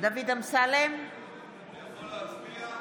יכול להצביע?